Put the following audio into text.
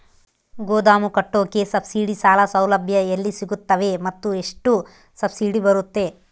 ಗೋದಾಮು ಕಟ್ಟೋಕೆ ಸಬ್ಸಿಡಿ ಸಾಲ ಸೌಲಭ್ಯ ಎಲ್ಲಿ ಸಿಗುತ್ತವೆ ಮತ್ತು ಎಷ್ಟು ಸಬ್ಸಿಡಿ ಬರುತ್ತೆ?